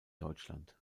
deutschland